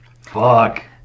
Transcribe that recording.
Fuck